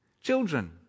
Children